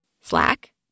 Slack